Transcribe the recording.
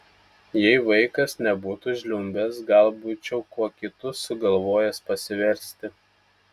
jei vaikas nebūtų žliumbęs gal būčiau kuo kitu sugalvojęs pasiversti